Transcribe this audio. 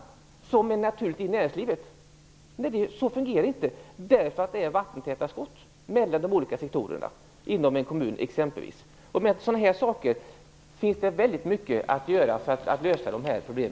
Det är ju något som är naturligt i näringslivet. Men det fungerar inte så inom kommunen eftersom man har vattentäta skott mellan de olika sektorerna. Det finns mycket att göra för att lösa dessa problem.